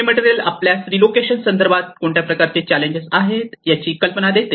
हे मटेरियल आपणास रीलोकेशन संदर्भात कोणत्या प्रकारचे चॅलेंजेस आहेत याची कल्पना देते